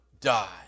die